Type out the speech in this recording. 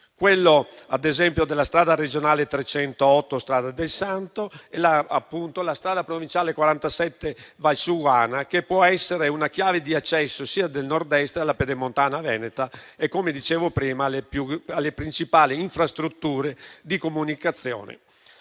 quello della strada regionale 308, Strada del Santo, e la strada provinciale 47 della Valsugana, che può essere una chiave di accesso del Nord-Est alla Pedemontana veneta e - come dicevo prima - alle principali infrastrutture di comunicazione.